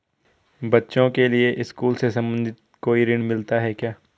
बच्चों के लिए स्कूल से संबंधित कोई ऋण मिलता है क्या?